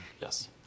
Yes